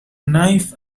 knife